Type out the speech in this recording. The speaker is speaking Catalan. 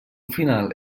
final